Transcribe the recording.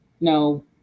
No